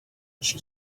she